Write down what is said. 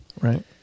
Right